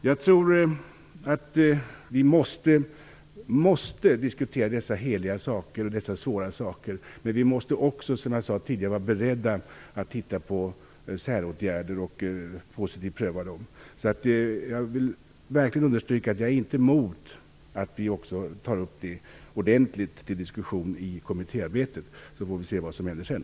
Jag tror att vi måste diskutera dessa heliga och svåra saker. Vi måste också, som jag sade tidigare, vara beredda att titta på säråtgärder och pröva dem positivt. Jag vill verkligen understryka att jag inte är emot att vi också tar upp detta till ordentlig diskussion i kommittéarbetet, så får vi se vad som händer sedan.